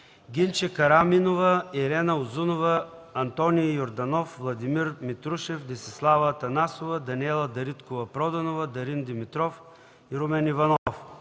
Гинче Караминова, Ирена Узунова, Антоний Йорданов, Владимир Митрушев, Десислава Атанасова, Даниела Дариткова-Проданова, Дарин Димитров, Румен Иванов: